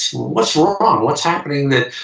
what's wrong? what's happening that